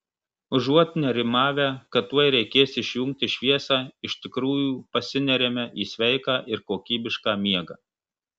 užuot nerimavę kad tuoj reikės išjungti šviesą iš tikrųjų pasineriame į sveiką ir kokybišką miegą